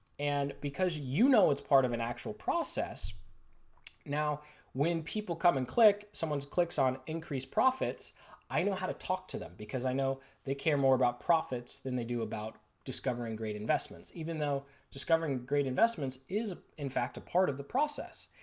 and because you know it is part of an actual process now when people come and click someone clicks on increase profits i know how to talk to them because i know they care more about profits then they do about discovering great investments even though discovering great investments is in fact a part of the process.